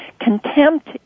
contempt